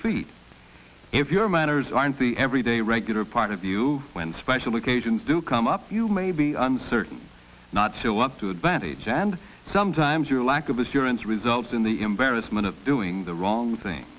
feet if your manners aren't the everyday regular part of you when special occasions do come up you may be certain not show up to advantage and sometimes your lack of assurance results in the embarrassment of doing the wrong thing